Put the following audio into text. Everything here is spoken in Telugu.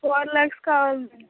ఫోర్ ల్యాక్స్ కావాలి మేడం